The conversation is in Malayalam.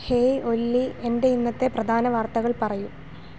ഹേയ് ഒല്ലി എന്റെ ഇന്നത്തെ പ്രധാന വാർത്തകൾ പറയൂ